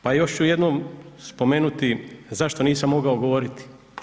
Pa još ću jednom spomenuti zašto nisam mogao govoriti.